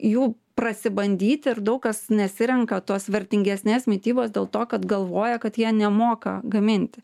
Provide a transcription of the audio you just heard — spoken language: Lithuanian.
jų prasibandyti ir daug kas nesirenka tos vertingesnės mitybos dėl to kad galvoja kad jie nemoka gaminti